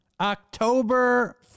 October